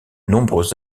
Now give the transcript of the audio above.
nombreux